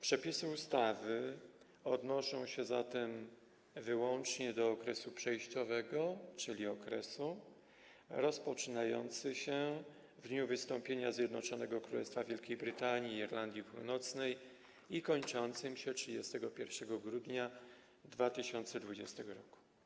Przepisy ustawy odnoszą się zatem wyłącznie do okresu przejściowego, czyli okresu rozpoczynającego się w dniu wystąpienia Zjednoczonego Królestwa Wielkiej Brytanii i Irlandii Północnej i kończącego się 31 grudnia 2020 r.